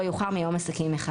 לא יאוחר מיום עסקים אחד,